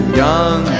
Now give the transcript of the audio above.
young